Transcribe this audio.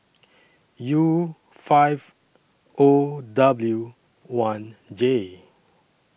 U five O W one J